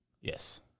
Yes